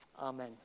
Amen